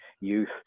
youth